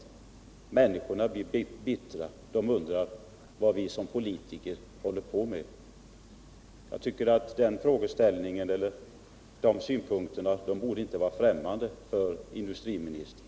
Människorna blir bittra och undrar vad vi politiker håller på med. Jag tycker att de synpunkterna inte borde vara främmande för industriministern.